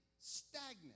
stagnant